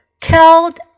killed